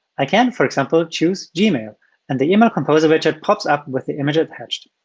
i can, for example, choose gmail and the email composer which pops up with the image attached.